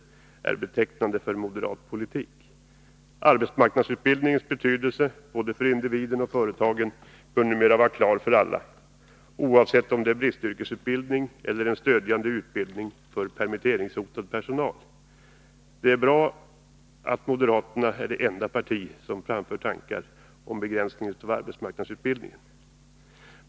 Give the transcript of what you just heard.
Det är betecknande för den moderata politiken. Arbetsmarknadsutbildningens betydelse för både individen och företagen bör alla numera vara klara över, oavsett om det är fråga om bristyrkesutbildning eller stödjande utbildning för permitteringshotad personal. Det är bra att moderata samlingspartiet är det enda parti som framför tanken på en begränsning av arbetsmarknadsutbildningen.